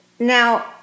Now